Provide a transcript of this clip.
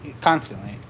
constantly